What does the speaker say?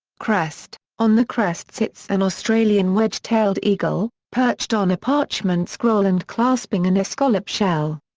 crest on the crest sits an australian wedge-tailed eagle, perched on a parchment scroll and clasping an escallop shell.